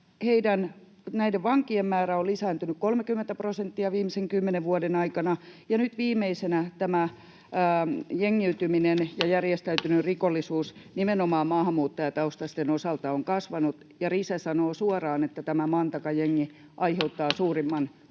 Näiden vankien määrä on lisääntynyt 30 prosenttia viimeisen kymmenen vuoden aikana, ja nyt viimeisenä tämä jengiytyminen ja järjestäytynyt rikollisuus nimenomaan maahanmuuttajataustaisten osalta on kasvanut, ja Rise sanoo suoraan, että tämä Mantaqa-jengi aiheuttaa